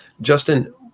Justin